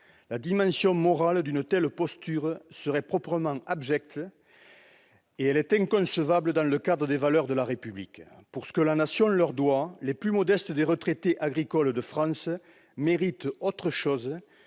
La dimension morale d'une telle posture serait proprement abjecte, et elle est inconcevable dans le cadre des valeurs de la République. Pour ce que la Nation leur doit, les plus modestes des retraités agricoles de France méritent autre chose